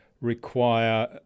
require